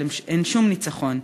אבל אין שום ניצחון,